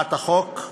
להצעת החוק,